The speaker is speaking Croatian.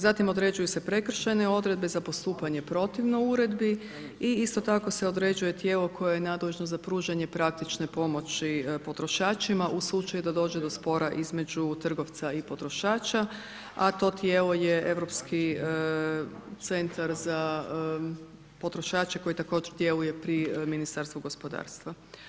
Zatim određuju se prekršajne odredbe za postupanje protivno Uredbi i isto tako se određuje tijelo koje je nadležno za pružanje praktične pomoći potrošačima u slučaju da dođe do spora između trgovca i potrošača, a to tijelo je Europski centar za potrošače koji također djeluje pri Ministarstvu gospodarstva.